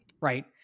right